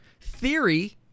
theory